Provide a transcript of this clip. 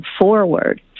forward